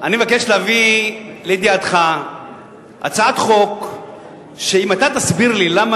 אני מבקש להביא לידיעתך הצעת חוק שאם אתה תסביר לי למה